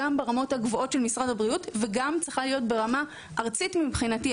גם ברמות הגבוהות של משרד הבריאות וגם ברמה ארצית מבחינתי,